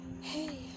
hey